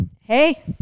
Hey